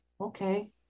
Okay